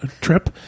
trip